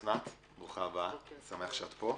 אסנת, ברוכה הבאה, שמח שאת פה.